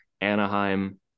Anaheim